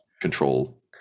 control